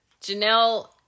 Janelle